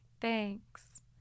Thanks